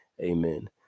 amen